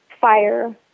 fire